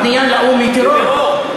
הפנייה לאו"ם היא טרור?